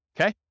Okay